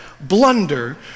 blunder